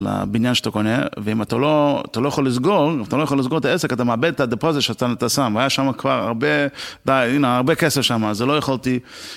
לבניין שאתה קונה, ואם אתה לא אתה לא יכול לסגור את העסק, אתה מאבד את הדפוזיט שאתה שם. היה שם כבר הרבה כסף שם, אז זה לא יכולתי...